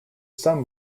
some